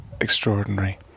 extraordinary